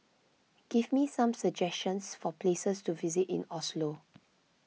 give me some suggestions for places to visit in Oslo